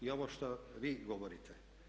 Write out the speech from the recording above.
I ovo što vi govorite.